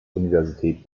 universität